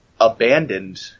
abandoned